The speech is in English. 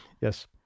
Yes